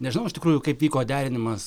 nežinau iš tikrųjų kaip vyko derinimas